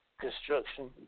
construction